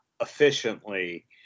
efficiently